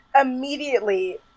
immediately